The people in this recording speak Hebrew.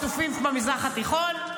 החטופים במזרח התיכון.